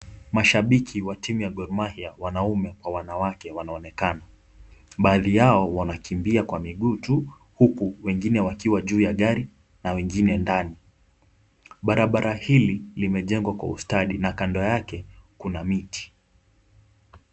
Mashabiki wa timu ya Gor Mahia wanaume kwa wanawake wanaonekana. Baadhi yao wanakimbia kwa miguu tu huku wengine wakiwa juu ya gari na wengine ndani. Barabara hii imejengwa kwa ustadi na kando yake kuna miti.